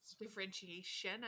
differentiation